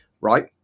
right